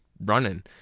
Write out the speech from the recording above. running